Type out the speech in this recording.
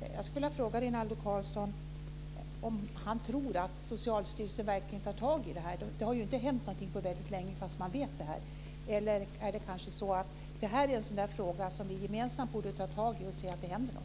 detta. Socialstyrelsen verkligen tar tag i detta. Det har ju inte hänt någonting på väldigt länge. Eller är detta en fråga som vi gemensamt borde ta tag i för att se till att det händer något?